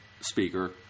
speaker